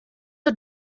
dêr